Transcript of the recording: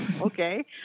okay